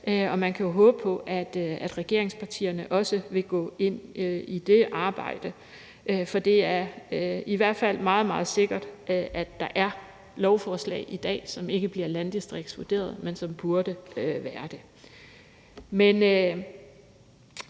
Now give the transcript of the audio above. og man kan jo håbe på, at regeringspartierne også vil gå ind i det arbejde. For det er i hvert fald meget, meget sikkert, at der er lovforslag i dag, som ikke bliver landdistriktsvurderet, men som burde være det.